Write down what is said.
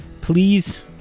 please